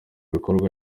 bikorwa